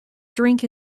drink